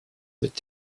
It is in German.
mit